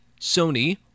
Sony